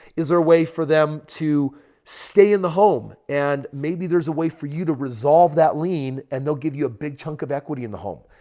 is there a way for them to stay in the home and maybe there's a way for you to resolve that lien and they'll give you a big chunk of equity in the home?